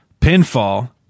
Pinfall